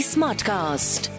Smartcast